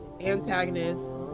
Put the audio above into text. antagonist